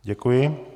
Děkuji.